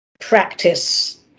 practice